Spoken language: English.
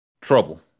trouble